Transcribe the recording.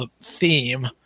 theme